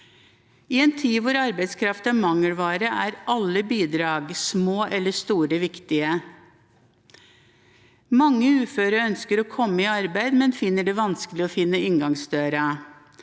I en tid hvor arbeidskraft er mangelvare, er alle bidrag, små eller store, viktige. Mange uføre ønsker å komme i arbeid, men finner det vanskelig å finne inngangsdøren.